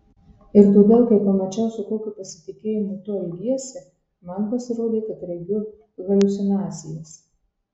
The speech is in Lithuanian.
ir todėl kai pamačiau su kokiu pasitikėjimu tu elgiesi man pasirodė kad regiu haliucinacijas